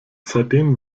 seitdem